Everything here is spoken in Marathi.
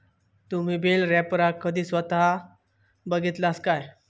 तुम्ही बेल रॅपरका कधी स्वता बघितलास काय?